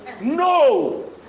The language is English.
No